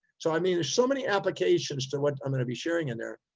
so, i mean, there's so many applications to what i'm going to be sharing in there.